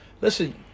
listen